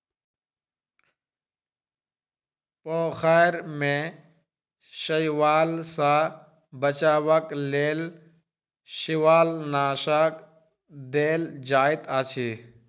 पोखैर में शैवाल सॅ बचावक लेल शिवालनाशक देल जाइत अछि